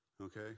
okay